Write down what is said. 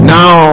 now